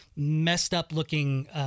messed-up-looking